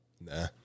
Nah